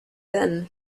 then